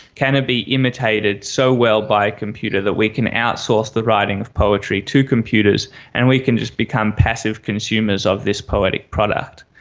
can it be imitated so well by a computer that we can outsource the writing of poetry to computers and we can just become passive consumers of this poetic product?